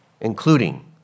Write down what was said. including